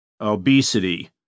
obesity